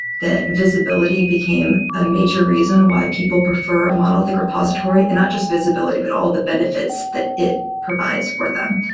that visibility became a major reason why people prefer monolithic repository, and not just visibility, but all the benefits that it provides for them.